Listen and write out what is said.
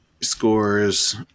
scores